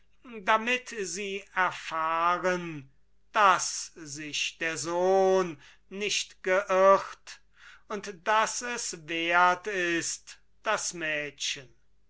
damit sie erfahren daß sich der sohn nicht geirrt und daß es wert ist das mädchen